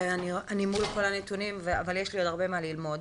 ואני מול כל הנתונים אבל יש לי עוד הרבה מה ללמוד.